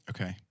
Okay